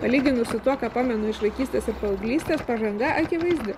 palyginus su tuo ką pamenu iš vaikystės paauglystės pažanga akivaizdi